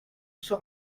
cent